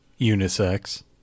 Unisex